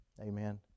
Amen